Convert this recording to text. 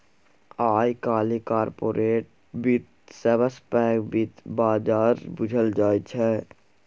आइ काल्हि कारपोरेट बित्त सबसँ पैघ बित्त बजार बुझल जाइ छै